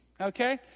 okay